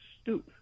stoop